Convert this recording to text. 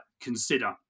consider